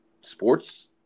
sports